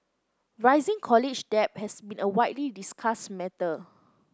rising college debt has been a widely discussed matter